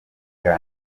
bwa